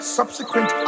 subsequent